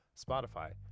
spotify